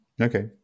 Okay